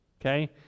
Okay